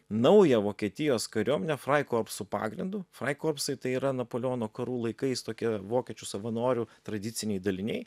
naują vokietijos kariuomenę fraikorpsų pagrindu fraikorpsai tai yra napoleono karų laikais tokie vokiečių savanorių tradiciniai daliniai